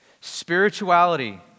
Spirituality